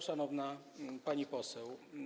Szanowna Pani Poseł!